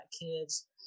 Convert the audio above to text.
kids